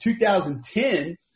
2010